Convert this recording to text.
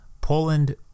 poland